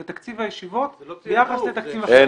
לתקציב הישיבות ביחס לתקציב ה --- זה לא תעדוף,